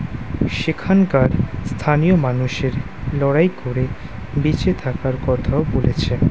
সেখানকার স্থানীয় মানুষের লড়াই করে বেঁচে থাকার কথাও বলেছেন